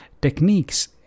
techniques